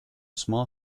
small